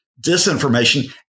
disinformation